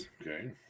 okay